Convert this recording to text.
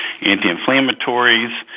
anti-inflammatories